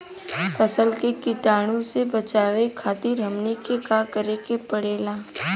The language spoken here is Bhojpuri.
फसल के कीटाणु से बचावे खातिर हमनी के का करे के पड़ेला?